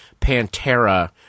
Pantera –